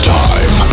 time